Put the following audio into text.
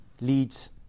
leads